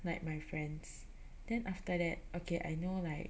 like my friends then after that okay I know like